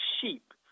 sheep